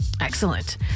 Excellent